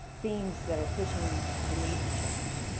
themes that are pushing the need to change.